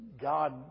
God